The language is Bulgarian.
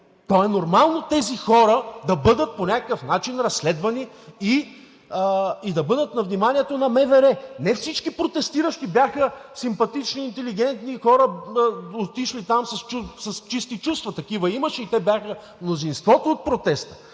то е нормално тези хора да бъдат по някакъв начин разследвани и да бъдат на вниманието на МВР. Не всички протестиращи бяха симпатични и интелигентни хора, отишли там с чисти чувства. Такива имаше, и те бяха мнозинството от протеста,